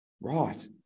Right